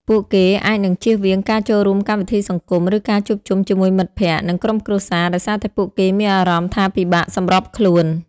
ពួកគេអាចនឹងជៀសវាងការចូលរួមកម្មវិធីសង្គម ឬការជួបជុំជាមួយមិត្តភក្តិ និងក្រុមគ្រួសារ ដោយសារតែពួកគេមានអារម្មណ៍ថាពិបាកសម្របខ្លួន។